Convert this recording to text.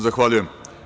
Zahvaljujem.